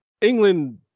England